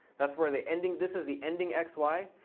that's where the ending this is the ending x, y,